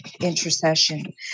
intercession